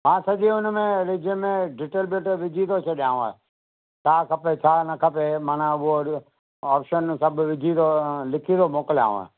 हा सॼो हुनमें रिज्यूम में डिटेल विटेल विझी थो छॾियांव छा खपे छा न खपे मन उहो वरी ऑप्शन सभु विझी तो लिखी थो मोकलियांव